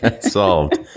Solved